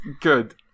good